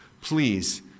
please